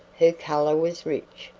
her color was rich,